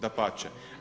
Dapače.